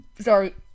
sorry